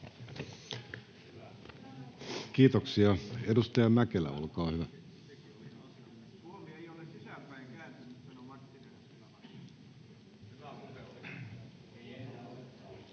Kiitoksia. — Edustaja Mäkelä, olkaa hyvä.